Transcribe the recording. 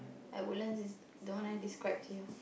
at Woodlands is the one I describe to you